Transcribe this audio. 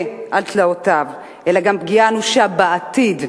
על תלאותיו אלא גם פגיעה אנושה בעתיד,